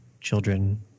children